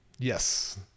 Yes